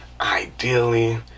ideally